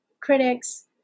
critics